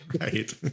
Right